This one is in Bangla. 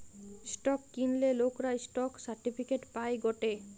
স্টক কিনলে লোকরা স্টক সার্টিফিকেট পায় গটে